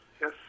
yes